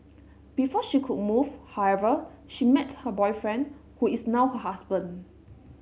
before she could move however she met her boyfriend who is now her husband